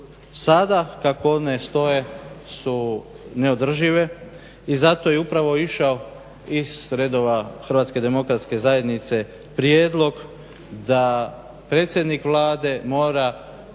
Sada kako one stoje su neodržive i zato je upravo išao i iz redova Hrvatske demokratske zajednice prijedlog da predsjednik Vlade mora